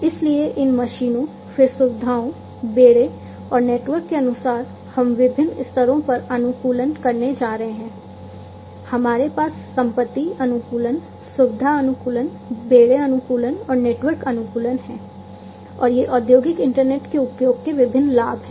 इसलिए इन मशीनों फिर सुविधाओं बेड़े और नेटवर्क के अनुसार हम विभिन्न स्तरों पर अनुकूलन करने जा रहे हैं हमारे पास संपत्ति अनुकूलन सुविधा अनुकूलन बेड़े अनुकूलन और नेटवर्क अनुकूलन हैं और ये औद्योगिक इंटरनेट के उपयोग के विभिन्न लाभ हैं